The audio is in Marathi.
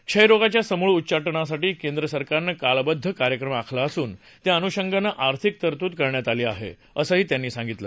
क्षयरोगाच्या समूळ उच्चाटनासाठी केंद्र सरकारनं कालबद्ध कार्यक्रम आखला असून त्या अनुषंगानं आर्थिक तरतूद केली आहे असं त्यांनी सांगितलं